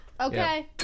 Okay